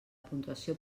puntuació